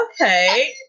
Okay